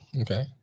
Okay